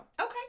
okay